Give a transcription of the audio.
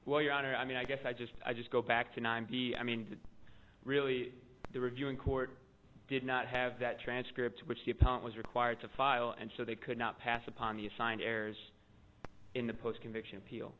well your honor i mean i guess i just i just go back to ninety i mean really the reviewing court did not have that transcript which the patent was required to file and so they could not pass upon the assigned errors in the post conviction appeal